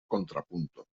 contrapunto